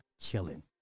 Chilling